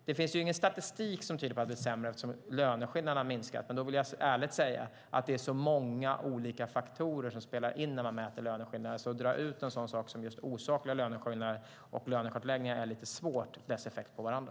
Det finns ingen statistik som tyder på att det har blivit sämre eftersom löneskillnaderna har minskat. Men då vill jag ärligt säga att det är så många olika faktorer som spelar in när man mäter löneskillnader att det är svårt att dra ut en sådan sak som just osakliga löneskillnader och lönekartläggningar för att se deras effekt på varandra.